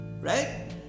right